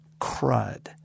crud